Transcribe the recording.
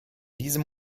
diesem